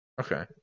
Okay